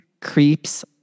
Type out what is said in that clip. creeps